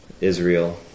Israel